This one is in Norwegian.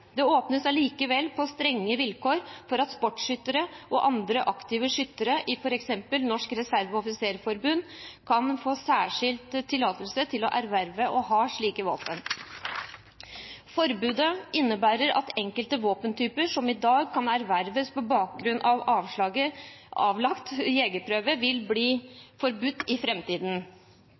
Det åpnes allikevel på strenge vilkår for at sportsskyttere og andre aktive skyttere i f.eks. Norske Reserveoffiserers Forbund kan få særskilt tillatelse til å erverve og ha slike våpen. Forbudet innebærer at enkelte våpentyper som i dag kan erverves på bakgrunn av avlagt jegerprøve, vil bli forbudt i